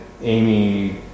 Amy